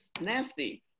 nasty